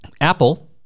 Apple